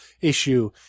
issue